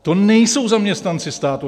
To nejsou zaměstnanci státu.